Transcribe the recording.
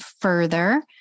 further